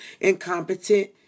incompetent